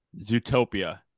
Zootopia